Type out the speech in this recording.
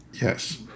Yes